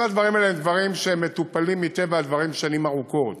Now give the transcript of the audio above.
כל הדברים האלה הם דברים שמטופלים מטבע הדברים שנים ארוכות.